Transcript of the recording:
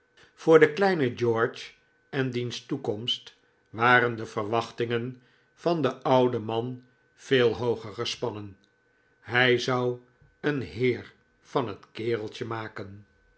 voor den kleinen george en diens toekomst waren de verwachtingen van den ouden man veel hooger gespannen hij zou een heer van het kereltje maken